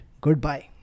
goodbye